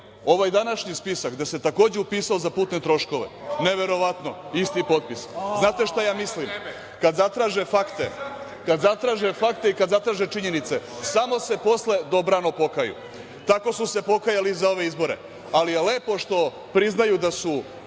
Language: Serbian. ovaj današnji spisak gde se takođe upisao za putne troškove, neverovatno, isti potpis.25/2 VS/SĆZnate šta ja mislim, kada zatraže fakte i činjenice, samo se posle dobrano pokaju, tako su se pokajali i za ove izbore, ali je lepo što priznaju da su